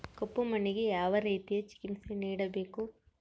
ಕಪ್ಪು ಮಣ್ಣಿಗೆ ಯಾವ ರೇತಿಯ ಚಿಕಿತ್ಸೆ ನೇಡಬೇಕು?